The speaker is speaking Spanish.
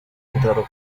entraron